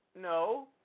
No